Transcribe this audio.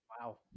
Wow